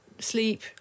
sleep